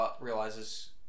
realizes